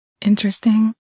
interesting